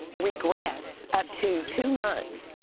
regress up to two months.